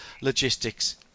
logistics